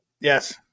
Yes